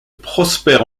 prosper